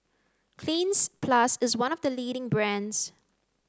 cleans plus is one of the leading brands